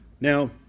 Now